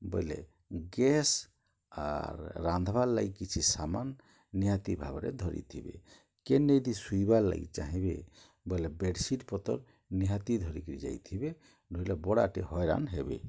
ବଏଲେ ଗେସ୍ ଆର୍ ରାନ୍ଧବାର୍ ଲାଗି କିଛି ସାମାନ୍ ନିହାତି ଭାବରେ ଧରିଥିବେ କେନେ ଯଦି ଶୁଇବାର୍ ଲାଗି ଚାହେଁବେ ବଏଲେ ବେଡ଼୍ସିଟ୍ ପତର୍ ନିହାତି ଧରିକିରି ଯାଇଥିବେ ନହେଲେ ବଡ଼ାଟେ ହଇରାଣ୍ ହେବେ